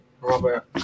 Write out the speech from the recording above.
Robert